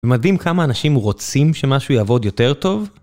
ומדהים כמה אנשים רוצים שמשהו יעבוד יותר טוב.